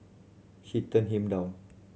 she turned him down